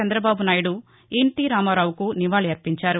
చంద్రబాబు నాయుడు ఎన్టీ రామారావుకు నివాళులర్పించారు